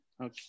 Okay